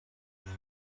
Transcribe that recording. use